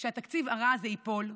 שהתקציב הרע הזה ייפול,